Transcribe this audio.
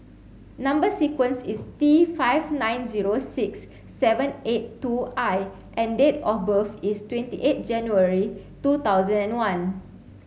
number sequence is T five nine zero six seven eight two I and date of birth is twenty eight January two thousand and one